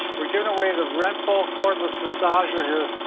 we're giving away the renpho cordless massager here.